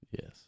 Yes